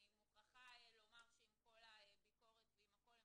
אני מוכרחה לומר שעם כל הביקורת ועם הכל הם